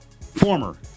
former